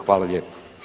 Hvala lijepo.